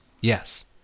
Yes